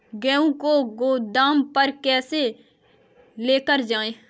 गेहूँ को गोदाम पर कैसे लेकर जाएँ?